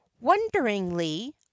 wonderingly